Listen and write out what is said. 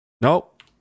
nope